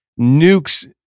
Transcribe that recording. nukes